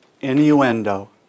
innuendo